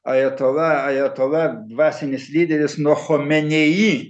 ajatola ajatola dvasinis lyderis nochomeneji